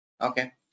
Okay